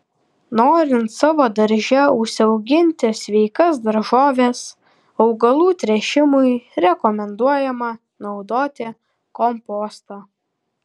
norint savo darže užsiauginti sveikas daržoves augalų tręšimui rekomenduojama naudoti kompostą